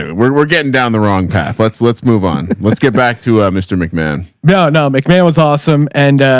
we're, we're getting down in the wrong path. let's let's move on. let's get back to mr. mcmahon. no, no mcmahon was awesome. and a,